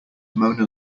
mona